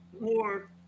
more